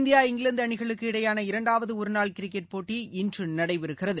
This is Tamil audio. இந்தியா இங்கிலாந்து இடையேயான இரண்டாவது ஒருநாள் கிரிக்கெட் போட்டி இன்று நடைபெறுகிறது